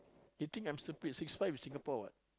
he think I'm stupid six five is Singapore what